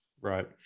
Right